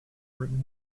written